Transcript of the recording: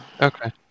Okay